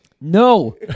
No